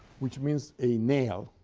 which means a nail,